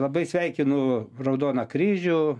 labai sveikinu raudoną kryžių